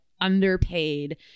underpaid